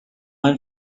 même